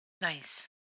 Nice